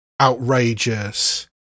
outrageous